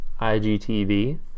IGTV